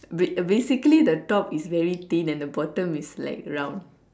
ba~ basically the top is very thin and then the bottom is like round